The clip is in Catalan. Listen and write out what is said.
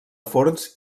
forns